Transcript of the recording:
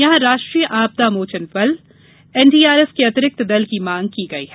यहां राष्ट्रीय आपदा मोचक बल एनडीआरएफ के अतिरिक्त दल की मांग की गई है